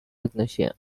agnosia